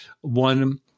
one